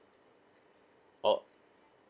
oh